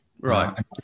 Right